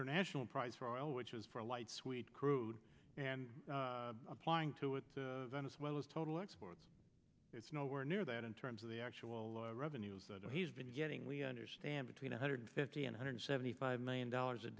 international price for oil which is for light sweet crude and applying to it as well as total exports it's nowhere near that in terms of the actual revenues that he's been getting we understand between one hundred fifty and hundred seventy five million dollars a